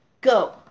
Go